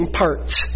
parts